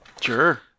Sure